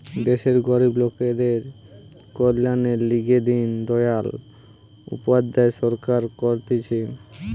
দেশের গরিব লোকদের কল্যাণের লিগে দিন দয়াল উপাধ্যায় সরকার করতিছে